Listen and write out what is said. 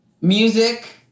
Music